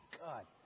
God